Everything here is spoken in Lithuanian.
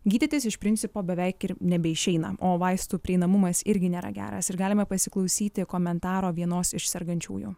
gydytis iš principo beveik ir nebeišeina o vaistų prieinamumas irgi nėra geras ir galima pasiklausyti komentaro vienos iš sergančiųjų